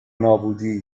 نابودی